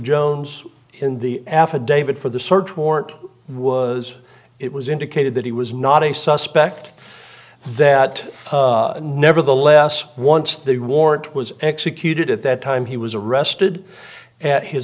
jones in the affidavit for the search warrant was it was indicated that he was not a suspect that nevertheless once the warrant was executed at that time he was arrested and his